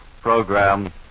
program